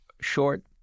short